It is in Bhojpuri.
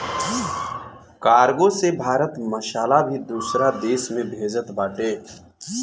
कार्गो से भारत मसाला भी दूसरा देस में भेजत बाटे